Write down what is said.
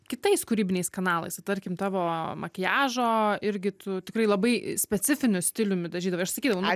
kitais kūrybiniais kanalais tarkim tavo makiažo irgi tu tikrai labai specifiniu stiliumi dažydavai aš sakydavau